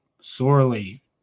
sorely